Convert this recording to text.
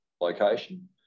location